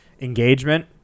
engagement